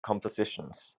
compositions